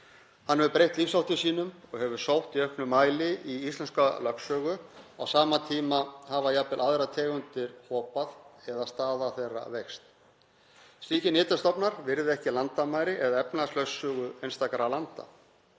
Hann hefur breytt lífsháttum sínum og hefur sótt í auknum mæli í íslenska lögsögu. Á sama tíma hafa jafnvel aðrar tegundir hopað eða staða þeirra veikst. Slíkir nytjastofnar virða ekki landamæri eða efnahagslögsögu einstakra landa.